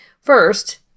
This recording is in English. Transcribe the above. First